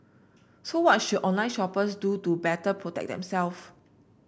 so what should online shoppers do to better protect themselves